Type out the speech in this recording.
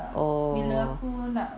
oh